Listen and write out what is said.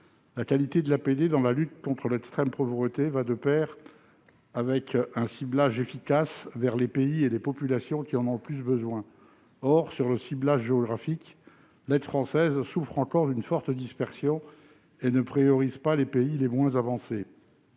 La qualité de l'APD dans la lutte contre l'extrême pauvreté va de pair avec un ciblage efficace vers les pays et les populations qui en ont le plus besoin. Or, sur le ciblage géographique, l'aide française souffre encore d'une forte dispersion et ne réserve pas de priorité aux pays les moins avancés,